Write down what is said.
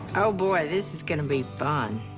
oh, boy, this is gonna be fun.